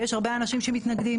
ויש הרבה אנשים שמתנגדים,